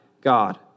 God